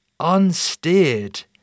unsteered